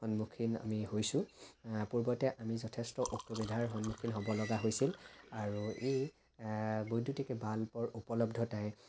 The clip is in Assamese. সন্মুখীন আমি হৈছোঁ পূৰ্বতে আমি যথেষ্ট অসুবিধাৰ সন্মুখীন হ'ব লগা হৈছিল আৰু এই বৈদ্যুতিক বাল্বৰ উপলব্ধতাই